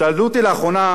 שאלו אותי לאחרונה: